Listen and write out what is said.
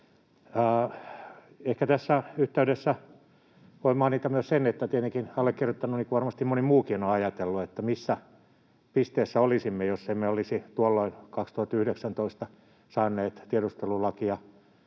Ehkä tässä yhteydessä voi mainita myös sen, että tietenkin allekirjoittanut, niin kuin varmasti moni muukin, on ajatellut, missä pisteessä olisimme, jos emme olisi tuolloin 2019 saaneet tiedustelulakia